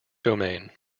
domain